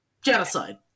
genocide